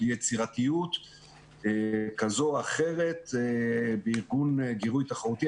ליצירתיות כזאת או אחרת בארגון גירוי תחרותי.